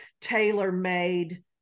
tailor-made